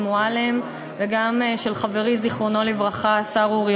הוועדה לפטורים ולמיזוגים ברשות ההגבלים העסקיים.